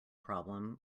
problem